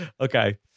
okay